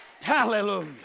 Hallelujah